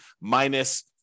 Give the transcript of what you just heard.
minus